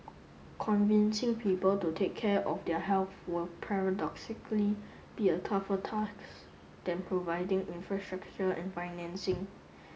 convincing people to take care of their health will paradoxically be a tougher than providing infrastructure and financing